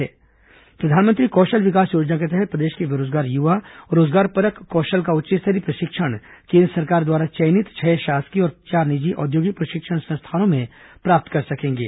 प्रधानमंत्री कौशल विकास योजना के तहत प्रदेश के बेरोजगार युवा रोजगारपरक कौशल का उच्च स्तरीय प्रशिक्षण केन्द्र सरकार द्वारा चयनित छह शासकीय और चार निजी औद्योगिक प्रशिक्षण संस्थानों में प्राप्त कर सकेंगे